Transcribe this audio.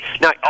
Now